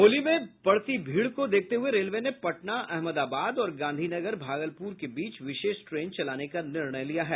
होली में बढ़ती भीड़ को देखते हुए रेलवे ने पटना अहमदाबाद और गांधीनगर भागलपुर के बीच विशेष ट्रेन चलाने का निर्णय लिया है